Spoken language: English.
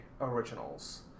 originals